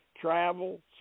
travel